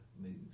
moves